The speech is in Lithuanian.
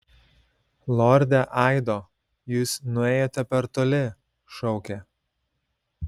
lorde aido jūs nuėjote per toli šaukė